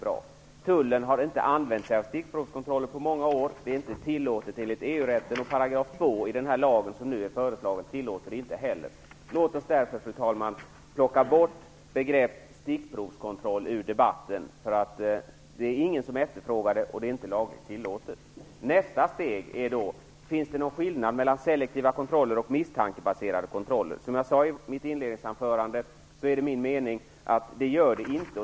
Men tullen har inte använt stickprovskontroller på många år. Det är inte tillåtet enligt EU-rätten, och 2 § i den nu föreslagna lagen tillåter det inte heller. Låt oss därför, fru talman, plocka bort begreppet stickprovskontroll ur debatten. Det är ingen som efterfrågar det, och det är inte lagligt tillåtet med sådana kontroller. Nästa fråga är: Finns det någon skillnad mellan selektiv kontroll och misstankebaserad kontroll? Som jag sade i mitt inledningsanförande är det min mening att det inte gör det.